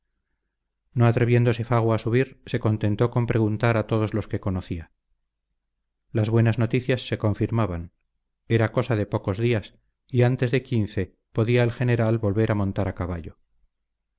no atreviéndose fago a subir se contentó con preguntar a todos los que conocía las buenas noticias se confirmaban era cosa de pocos días y antes de quince podía el general volver a montar a caballo